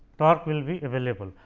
torque will be available.